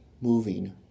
moving